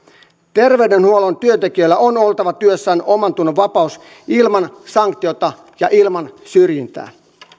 terveydenhuollon työntekijöillä on oltava työssään omantunnonvapaus ilman sanktiota ja ilman syrjintää